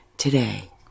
Today